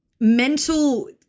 mental